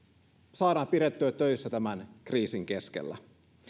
saadaan pidettyä töissä tämän kriisin keskellä